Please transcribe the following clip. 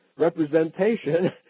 Representation